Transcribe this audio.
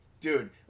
Dude